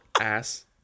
Ass